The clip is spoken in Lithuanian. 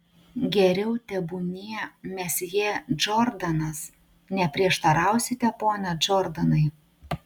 geriau tebūnie mesjė džordanas neprieštarausite pone džordanai